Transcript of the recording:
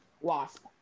Wasp